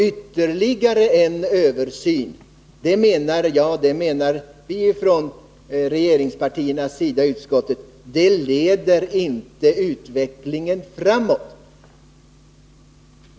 Ytterligare en översyn i detta läge anser vi från regeringspartiernas sida i utskottet inte för utvecklingen framåt.